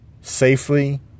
safely